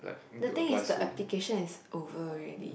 the thing is the application is over already